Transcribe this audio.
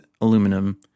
aluminum